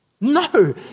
No